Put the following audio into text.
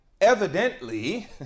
evidently